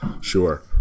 Sure